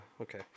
okay